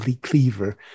Cleaver